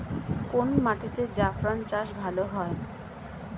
কোন মাটিতে জাফরান চাষ ভালো হয়?